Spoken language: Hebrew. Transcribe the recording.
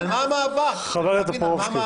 שהיא יושבת על הפלטפורמה הזו.